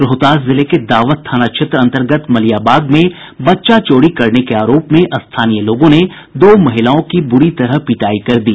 रोहतास जिले के दावथ थाना क्षेत्र अंतर्गत मलियाबाग में बच्चा चोरी करने के आरोप में स्थानीय लोगों ने दो महिलाओं की ब्री तरह पिटाई कर दी